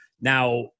Now